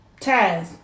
Taz